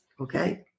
Okay